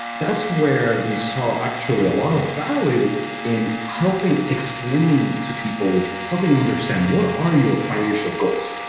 that's where we saw actually a lot of value in helping explain to people, helping understand what are your financial goals?